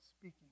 speaking